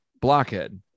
Blockhead